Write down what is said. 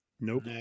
Nope